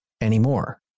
anymore